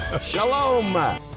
Shalom